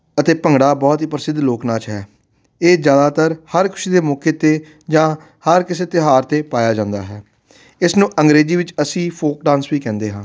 ਅਤੇ ਭੰਗੜਾ ਬਹੁਤ ਹੀ ਪ੍ਰਸਿੱਧ ਲੋਕ ਨਾਚ ਹੈ ਇਹ ਜ਼ਿਆਦਾਤਰ ਹਰ ਖੁਸ਼ੀ ਦੇ ਮੌਕੇ 'ਤੇ ਜਾਂ ਹਰ ਕਿਸੇ ਤਿਉਹਾਰ 'ਤੇ ਪਾਇਆ ਜਾਂਦਾ ਹੈ ਇਸ ਨੂੰ ਅੰਗਰੇਜ਼ੀ ਵਿੱਚ ਅਸੀਂ ਫੋਕ ਡਾਂਸ ਵੀ ਕਹਿੰਦੇ ਹਾਂ